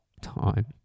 time